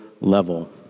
level